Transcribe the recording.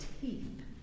teeth